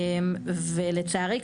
ולצערי,